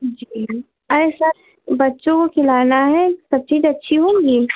जी अरे सर बच्चों को खिलाना है सब चीज अच्छी होंगी